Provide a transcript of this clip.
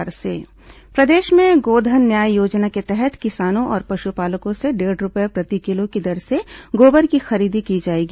गोधन न्याय योजना प्रदेश में गोधन न्याय योजना के तहत किसानों और पशुपालकों से डेढ़ रूपये प्रति किलो की दर से गोबर की खरीदी की जाएगी